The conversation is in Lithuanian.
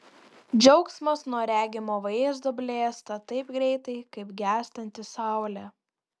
džiaugsmas nuo regimo vaizdo blėsta taip greitai kaip gęstanti saulė